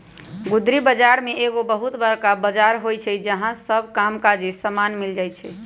गुदरी बजार में एगो बहुत बरका बजार होइ छइ जहा सब काम काजी समान मिल जाइ छइ